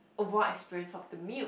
overall experience of the meal